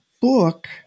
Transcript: book